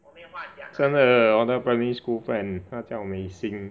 真的我的 primary school friend 他叫 Mei Xin